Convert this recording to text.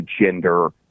gender